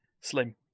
slim